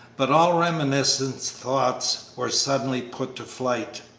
but all reminiscent thoughts were suddenly put to flight.